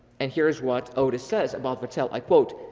and here is what otis says about vattel, i quote,